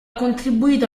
contribuito